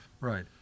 Right